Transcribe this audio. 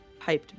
hyped